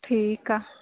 ठीकु आहे